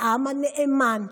העם הנאמן,